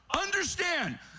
Understand